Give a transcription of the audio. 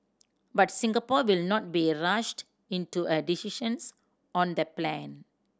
but Singapore will not be rushed into a decisions on the plane